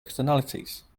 externalities